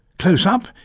close up,